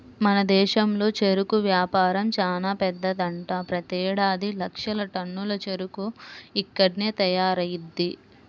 మన దేశంలో చెరుకు వ్యాపారం చానా పెద్దదంట, ప్రతేడాది లక్షల టన్నుల చెరుకు ఇక్కడ్నే తయారయ్యిద్ది